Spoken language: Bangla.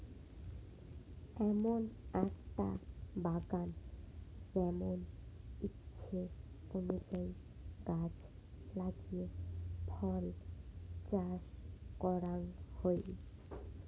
এমন আকটা বাগান যেমন ইচ্ছে অনুযায়ী গছ লাগিয়ে ফল চাষ করাং হই